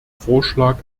vorschlag